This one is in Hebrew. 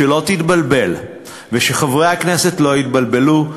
שלא תתבלבל ושחברי הכנסת לא יתבלבלו,